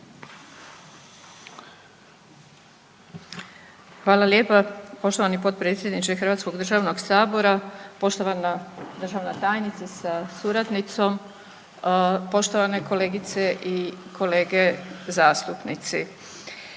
Hvala lijepa poštovani potpredsjedniče Hrvatskog državnog sabora, poštovana državna tajnice sa suradnicom, poštovane kolegice i kolege zastupnici.